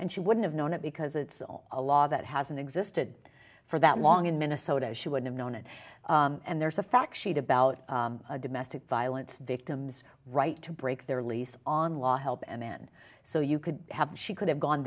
and she wouldn't have known it because it's a law that hasn't existed for that long in minnesota as she would have known it and there's a fact sheet about domestic violence victims right to break their lease on law help and then so you could have she could have gone